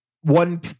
one